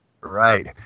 Right